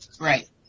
Right